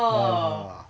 ah